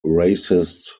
racist